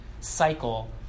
cycle